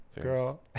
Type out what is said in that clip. Girl